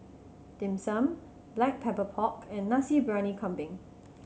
Dim Sum Black Pepper Pork and Nasi Briyani Kambing